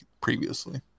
previously